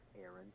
Aaron